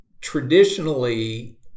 traditionally